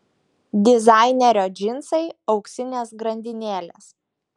dizainerio džinsai auksinės grandinėlės